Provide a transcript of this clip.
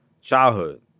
childhood